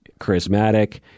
charismatic